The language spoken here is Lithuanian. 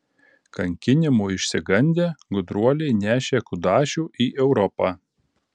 kankinimų išsigandę gudruoliai nešė kudašių į europą